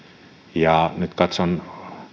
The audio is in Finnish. ja nyt katson